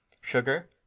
sugar